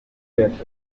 bibi